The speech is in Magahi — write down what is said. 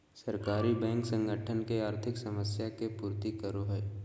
सहकारी बैंक संगठन के आर्थिक समस्या के पूर्ति करो हइ